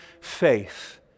faith